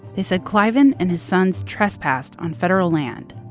they said cliven and his sons trespassed on federal land,